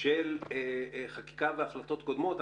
של החלטות קודמות.